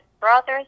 brothers